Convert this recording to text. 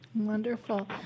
Wonderful